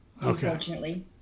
unfortunately